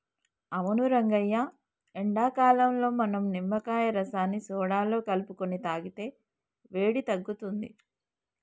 అవును రంగయ్య ఎండాకాలంలో మనం నిమ్మకాయ రసాన్ని సోడాలో కలుపుకొని తాగితే వేడి తగ్గుతుంది